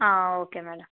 ആ okay madam